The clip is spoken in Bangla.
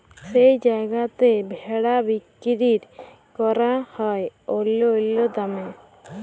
যেই জায়গাতে ভেড়া বিক্কিরি ক্যরা হ্যয় অল্য অল্য দামে